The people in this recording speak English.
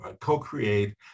co-create